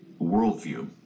worldview